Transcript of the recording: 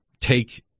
take